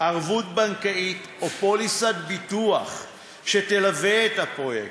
ערבות בנקאית או פוליסת ביטוח שתלווה את הפרויקט,